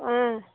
অঁ